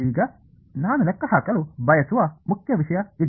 ಈಗ ನಾನು ಲೆಕ್ಕಹಾಕಲು ಬಯಸುವ ಮುಖ್ಯ ವಿಷಯ ಇದು